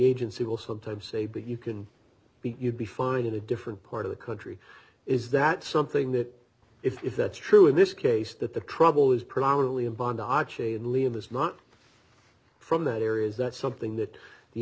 agency will sometimes say but you can be you'd be fined in a different part of the country is that something that if that's true in this case that the trouble is predominantly in bond achi and liam is not from the air is that something that the